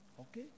Okay